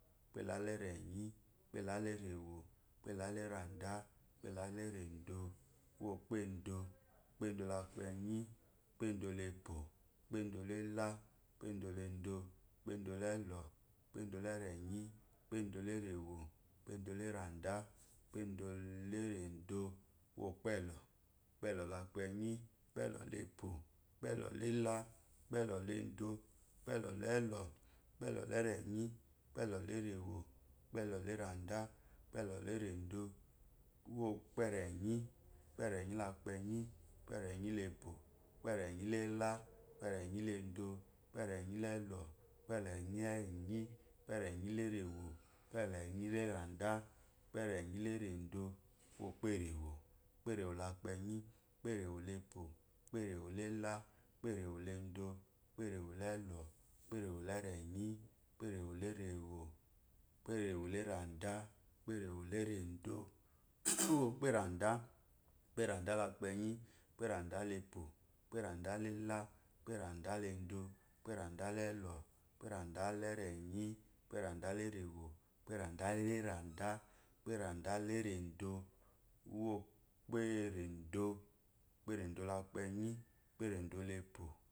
Upela la ereni unpela la arewo upela la uranda uupla la erodo uwe pedo uwpendo la leupeyi uwepe do la epo uwependo la ela uwepedo la ela uwepedo la edo uwepedi la elo upepedo la ereni uwepe do la erewo uwepedo la arada uwepedo la erodo uwepelo uwepelo le kupeyi uwepelo la epo uwepelo la ela uwepelo la edo uwepelo laelo uwepelo la eremi uwepelo la eranda uwewlo la erodo uwepermi uwepeni la ez uwe peremi la epo uwepereni la ela uweperi la edo uwheperemi la elo uweper erewo uwuperni la erando uwepeni lla erodo eperewo uweperewo la ere uwe perewo la epo uweperewo la ela uwe perewo la edo uweperewo la elo uwe perewo la erni uwe perewo la erewo uweperewo la eranda unhe operewo erodo uweparadon uwepaadan la eze uwwe parand la epo uweparadanla la eha uweparadan la edo uwe panda la elo uweparadan la ereni uwe parandan la drewo uwe parandan la erandan uwe paradan la erodo uwperodom uweperedom le eze úweperedom la epo.